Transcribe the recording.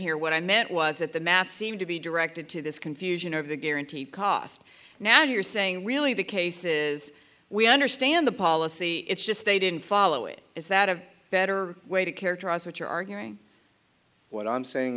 here what i meant was that the math seemed to be directed to this confusion of the guaranteed cost now you're saying really the cases we understand the policy it's just they didn't follow it is that a better way to characterize what you are hearing what i'm saying